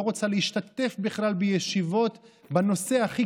לא רוצה להשתתף בכלל בישיבות בנושא הכי